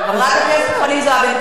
חברת הכנסת חנין זועבי,